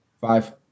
Five